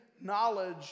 knowledge